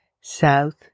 South